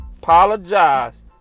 Apologize